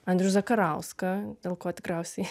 andrių zakarauską dėl ko tikriausiai